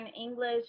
English